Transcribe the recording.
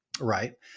Right